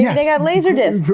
yeah they got laser discs.